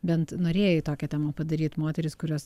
bent norėjai tokią temą padaryt moterys kurios